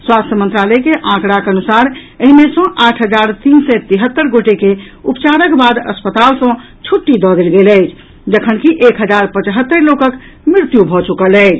स्वास्थ्य मंत्रालय के आंकड़ाक अनुसार एहि मे सँ आठ हजार तीन सय तिहत्तर गोटे के उपचारक बाद अस्पताल सऽ छुट्टी दऽ देल गेल अछि जखनकि एक हजार पचहत्तरि लोकक मृत्यु भऽ चुकल अछि